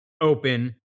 open